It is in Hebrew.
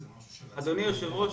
זה משהו שבארבע שנים האחרונות מנקודת